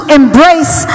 embrace